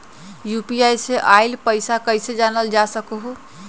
UPI से आईल पैसा कईसे जानल जा सकहु?